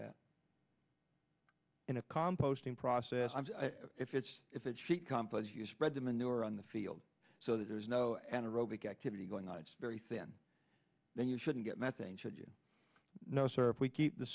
that in a composting process if it's if it's cheap complex you spread the manure on the field so that there's no anaerobic activity going on it's very thin then you shouldn't get methane should you know sir if we keep the